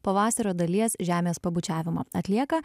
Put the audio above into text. pavasario dalies žemės pabučiavimą atlieka